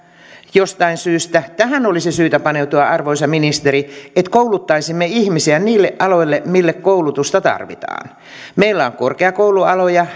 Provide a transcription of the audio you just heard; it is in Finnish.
jostain syystä tähän olisi syytä paneutua arvoisa ministeri että kouluttaisimme ihmisiä niille aloille mille koulutusta tarvitaan meillä on korkeakoulualoja